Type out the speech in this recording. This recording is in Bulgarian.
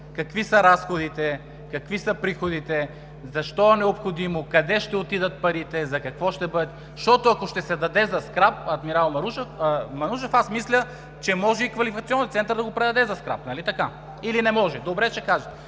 какви са разходите, какви са приходите, защо е необходимо, къде ще отидат парите и за какво ще бъдат. Защото ако ще се даде за скрап, адмирал Манушев, аз мисля, че може и Квалификационният център да го предаде за скрап, нали така? Или не може?